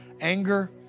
anger